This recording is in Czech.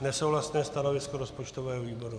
Nesouhlasné stanovisko rozpočtového výboru.